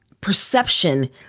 perception